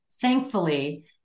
thankfully